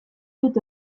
dut